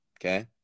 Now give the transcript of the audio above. Okay